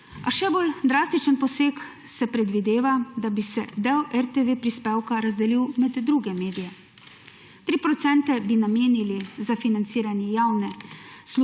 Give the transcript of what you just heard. se še bolj drastičen poseg, da bi se del RTV prispevka razdelil med druge medije. 3 % bi namenili za financiranje javne